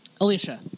Alicia